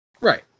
Right